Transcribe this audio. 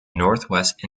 northwest